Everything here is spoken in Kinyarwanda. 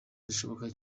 birashoboka